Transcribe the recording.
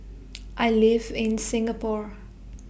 I live in Singapore